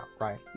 right